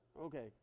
Okay